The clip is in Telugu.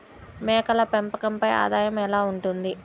మేకల పెంపకంపై ఆదాయం ఎలా ఉంటుంది?